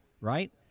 right